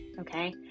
okay